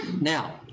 Now